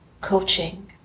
coaching